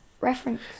reference